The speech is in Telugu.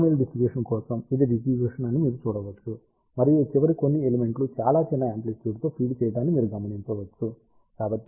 బైనామియల్ డిస్ట్రిబ్యూషన్ కోసం ఇది డిస్ట్రిబ్యూషన్ అని మీరు చూడవచ్చు మరియు చివరి కొన్ని ఎలిమెంట్ లు చాలా చిన్న యామ్ప్లిట్యుడ్ తో ఫీడ్ చేయటాన్ని మీరు గమనించవచ్చు